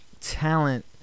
talent